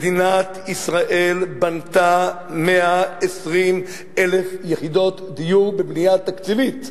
מדינת ישראל בנתה 120,000 יחידות דיור בבנייה תקציבית.